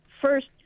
First